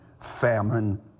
famine